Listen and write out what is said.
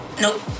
nope